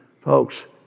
Folks